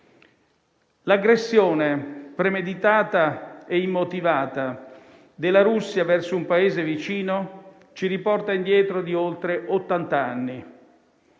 L'aggressione premeditata e immotivata della Russia verso un Paese vicino ci riporta indietro di oltre ottant'anni.